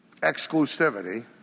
Exclusivity